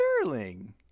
Sterling